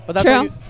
True